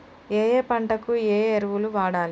ఏయే పంటకు ఏ ఎరువులు వాడాలి?